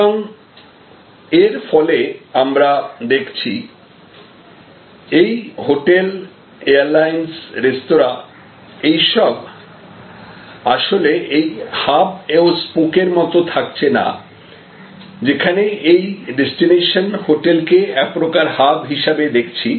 সুতরাং এর ফলে আমরা দেখছি এই হোটেল এয়ার্লাইনস রেস্তোরাঁ এইসব আসলে এই হাব ও স্পোক এর মত থাকছে না যেখানে এই ডেস্টিনেশন হোটেলকে একপ্রকার হাব হিসেবে দেখছি